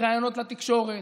בראיונות לתקשורת,